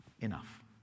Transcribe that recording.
enough